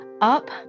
up